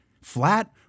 flat